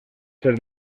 ser